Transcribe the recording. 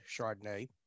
Chardonnay